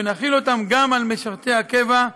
ונחיל אותם גם על משרתי הקבע,